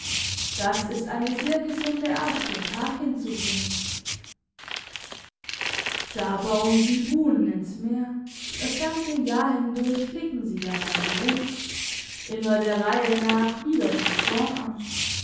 wird das ist eine sehr gesunde art den tag hinzubringen da bauen sie buhnen ins meer das ganze jahr hindurch flicken sie daran herum immer der reihe nach wieder von vorn an